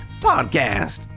podcast